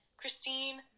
Christine